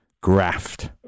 graft